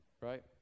Right